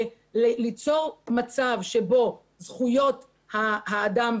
אני לא רוצה לדבר על זכויות אדם,